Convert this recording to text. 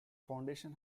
foundation